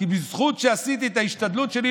כי בזכות שעשיתי את ההשתדלות שלי,